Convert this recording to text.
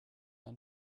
ein